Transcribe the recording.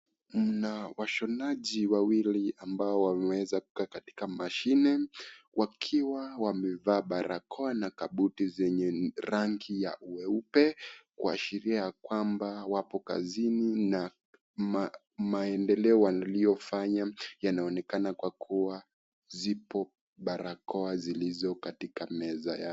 Mna washonaji wawili ambao wameweza kukaa katika mashine, wakiwa wamevaa barakoa na kabuti zenye rangi ya uweupe, kuashiria ya kwamba wapo kazini na maendeleo waliyofanya yanaonekana kwa kuwa zipo barakoa zilizo katika meza yao.